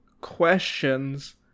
questions